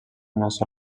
après